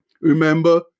Remember